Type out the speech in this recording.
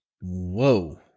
Whoa